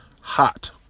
hot